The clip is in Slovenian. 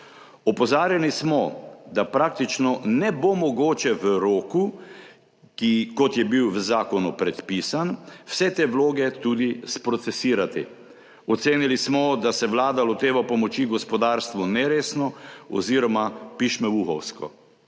Opozarjali smo, da praktično ne bo mogoče v roku, kot je bil v zakonu predpisan, vseh teh vlog tudi sprocesirati. Ocenili smo, da se vlada loteva pomoči gospodarstvu neresno oziroma pišmeuhovsko,